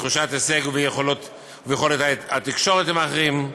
בתחושת הישג וביכולת התקשורת עם אחרים.